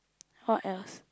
what else